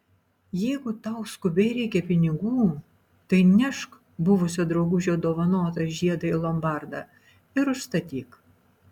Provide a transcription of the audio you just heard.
jeigu tau skubiai reikia pinigų tai nešk buvusio draugužio dovanotą žiedą į lombardą ir užstatyk